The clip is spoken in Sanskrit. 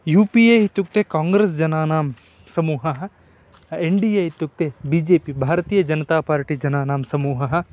यु पि ए इत्युक्ते काङ्ग्रेस् जनानां समूहः एन् डि ए इत्युक्ते बि जे पि भारतीयजनतापार्टि जनानां समूहः